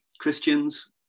Christians